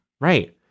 Right